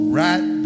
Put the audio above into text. right